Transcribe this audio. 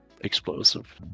explosive